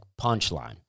Punchline